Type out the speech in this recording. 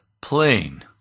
plain